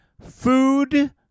Food